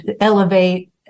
elevate